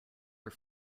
are